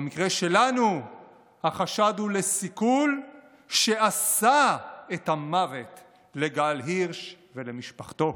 במקרה שלנו החשד הוא לסיכול שעשה את המוות לגל הירש ולמשפחתו.